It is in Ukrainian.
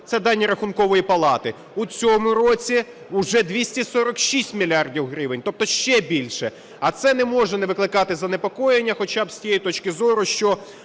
Це дані Рахункової палати. У цьому році вже 246 мільярдів гривень, тобто ще більше, а це не може не викликати занепокоєння хоча б з тієї точки зору, що